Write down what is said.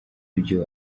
ibyo